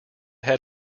had